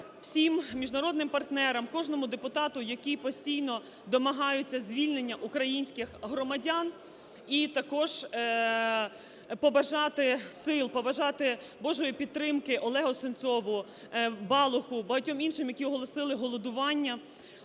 всім міжнародним партнерам, кожному депутату, які постійно домагаються звільнення українських громадян. І також побажати сил, побажати Божої підтримки Олегу Сенцову, Балуху, багатьом іншим, які оголосили голодування.